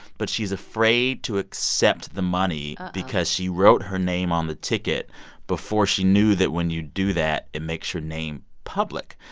but she's afraid to accept the money uh-oh. because she wrote her name on the ticket before she knew that when you do that, it makes your name public.